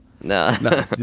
no